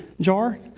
jar